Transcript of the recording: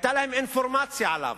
והיתה להם אינפורמציה עליו,